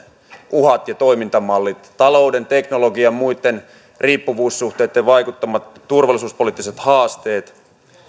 uhat ja toimintamallit talouden teknologian ja muitten riippuvuussuhteitten vaikuttamat turvallisuuspoliittiset haasteet